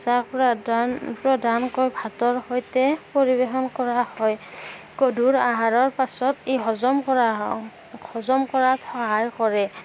প্ৰধানকৈ ভাতৰ সৈতে পৰিবেশন কৰা হয় গধুৰ আহাৰৰ পাছত এই হজম কৰা হয় হজম কৰাত সহায় কৰে